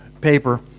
paper